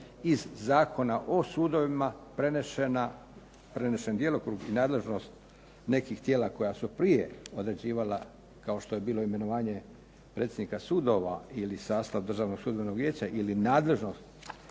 iz Zakona o sudovima prenešen djelokrug i nadležnost nekih tijela koja su prije određivala kao što je bilo imenovanje predsjednika sudova ili sastav Državnog sudbenog vijeća ili nadležnost